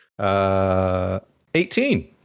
18